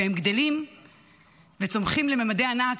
והם גדלים וצומחים לממדי ענק,